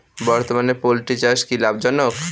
বর্তমানে পোলট্রি চাষ কি লাভজনক?